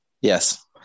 Yes